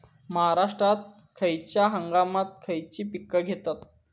महाराष्ट्रात खयच्या हंगामांत खयची पीका घेतत?